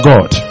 God